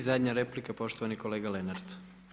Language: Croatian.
I zadnja replika poštovani kolega Lenart.